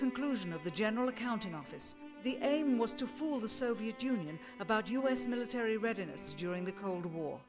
conclusion of the general accounting office the aim was to fool the soviet union about u s military readiness during the cold war